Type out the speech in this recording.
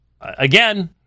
again